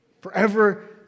Forever